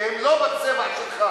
שהם לא בצבע שלך.